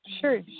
sure